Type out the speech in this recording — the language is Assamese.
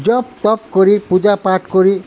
জপ তপ কৰি পূজা পাঠ কৰি